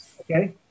Okay